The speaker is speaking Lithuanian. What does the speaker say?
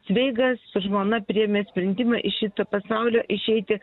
cveigas su žmona priėmė sprendimą iš šito pasaulio išeiti